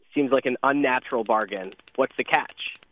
seems like an unnatural bargain. what's the catch?